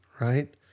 right